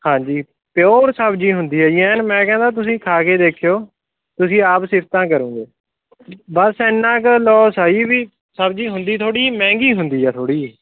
ਹਾਂਜੀ ਪਿਓਰ ਸਬਜ਼ੀ ਹੁੰਦੀ ਹੈ ਜੀ ਐਨ ਮੈਂ ਕਹਿੰਦਾ ਤੁਸੀਂ ਖਾ ਕੇ ਦੇਖਿਓ ਤੁਸੀਂ ਆਪ ਸਿਫ਼ਤਾਂ ਕਰੋਂਗੇ ਬਸ ਇੰਨਾ ਕੁ ਲੋਸ ਆ ਵੀ ਸਬਜ਼ੀ ਹੁੰਦੀ ਥੋੜ੍ਹੀ ਮਹਿੰਗੀ ਹੁੰਦੀ ਆ ਥੋੜ੍ਹੀ ਜਿਹੀ